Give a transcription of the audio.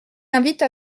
invite